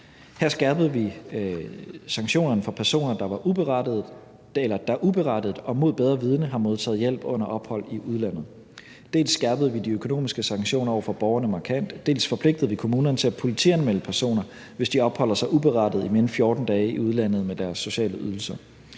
Her skærpede vi sanktionerne for personer, der uberettiget og mod bedre vidende har modtaget hjælp under ophold i udlandet. Dels skærpede vi de økonomiske sanktioner over for borgerne markant, dels forpligtede vi kommunerne til at politianmelde personer, hvis de har opholdt sig uberettiget i mere end 14 dage i udlandet på deres sociale ydelser.